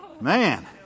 man